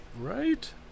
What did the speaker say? right